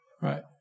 right